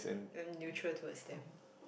I'm neutral towards them